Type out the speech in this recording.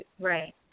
Right